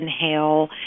inhale